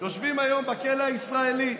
יושבים היום בכלא הישראלי,